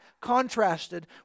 contrasted